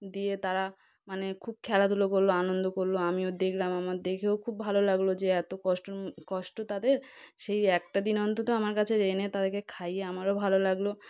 দিয়ে তারা মানে খুব খেলাধুলো করলো আনন্দ করলো আমিও দেখলাম আমার দেখেও খুব ভালো লাগলো যে এত কষ্ট কষ্ট তাদের সেই একটা দিন অন্তত আমার কাছে এনে তাদেরকে খাইয়ে আমারও ভালো লাগলো